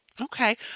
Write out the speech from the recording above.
Okay